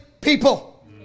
people